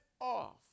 off